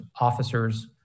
officers